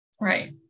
Right